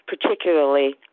particularly